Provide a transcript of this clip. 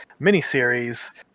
miniseries